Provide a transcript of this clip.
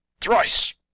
Thrice